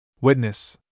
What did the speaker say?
Witness